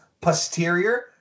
posterior